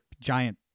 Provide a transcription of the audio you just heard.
giant